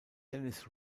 dennis